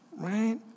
Right